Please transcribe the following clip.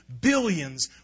billions